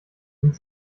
sind